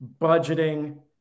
budgeting